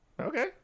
Okay